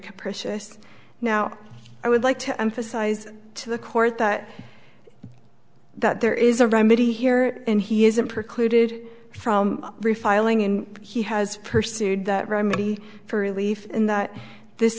capricious now i would like to emphasize to the court that that there is a remedy here and he isn't precluded from refiling in he has pursued that remedy for relief in that this